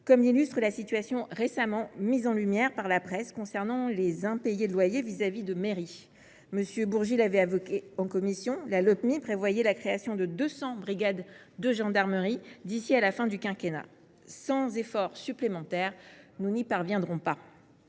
comme l’illustre la situation récemment mise en lumière par la presse concernant des impayés de loyers à des mairies. M. Bourgi l’a évoqué en commission : la Lopmi prévoyait la création de 200 brigades de gendarmerie d’ici à la fin du quinquennat. Sans effort supplémentaire, nous n’y parviendrons pas.